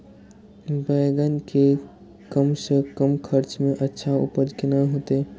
बेंगन के कम से कम खर्चा में अच्छा उपज केना होते?